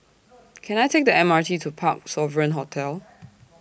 Can I Take The M R T to Parc Sovereign Hotel